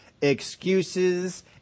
excuses